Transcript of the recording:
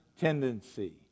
tendency